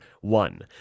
One